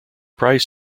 price